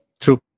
True